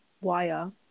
wire